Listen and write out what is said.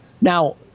Now